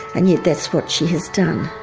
and yet that what she has done.